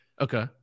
Okay